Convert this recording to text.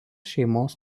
šeimos